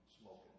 smoking